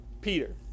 Peter